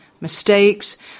mistakes